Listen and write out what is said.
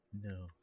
no